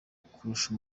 kurusha